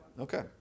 okay